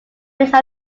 mix